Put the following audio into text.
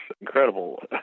incredible